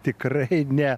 tikrai ne